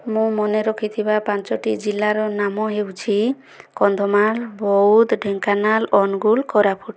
ମୁଁ ମନେ ରଖିଥିବା ପାଞ୍ଚଟି ଜିଲ୍ଲାର ନାମ ହେଉଛି କନ୍ଧମାଳ ବଉଦ ଢେଙ୍କାନାଳ ଅନୁଗୁଳ କୋରାପୁଟ